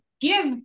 give